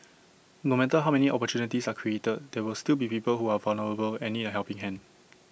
no matter how many opportunities are created there will still be people who are vulnerable and need A helping hand